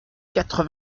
quatre